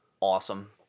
awesome